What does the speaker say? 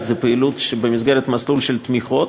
היא פעילות במסגרת מסלול של תמיכות,